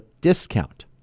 discount